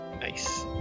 nice